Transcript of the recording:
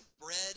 bread